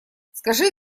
скажи